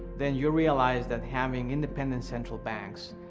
then you realize that having independent central banks,